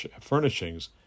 furnishings